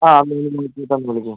അ നിങ്ങൾ നോക്കിട്ട് ഒന്ന് വിളിക്കൂ